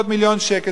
800 מיליון שקל,